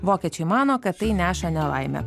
vokiečiai mano kad tai neša nelaimę